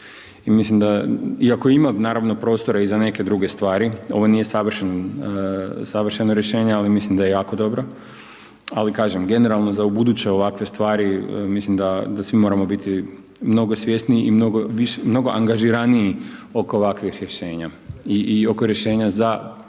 naravno prostora i za neke druge stvari, ovo nije savršeno rješenje, ali mislim da je jako dobro, ali kažem generalno za ubuduće ovakve stvari, mislim da svi moramo biti mnogo svjesniji i mnogo angažiraniji oko ovakvih rješenja i oko rješenja za